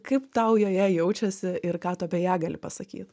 kaip tau joje jaučiasi ir ką tu apie ją gali pasakyt